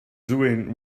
doing